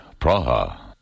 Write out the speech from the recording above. Praha